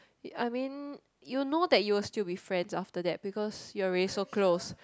I mean you know that you will still be friends after that because you're already so close